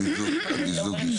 הצבעה המיזוג אושר.